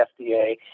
FDA